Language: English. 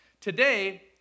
today